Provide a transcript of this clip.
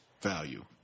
value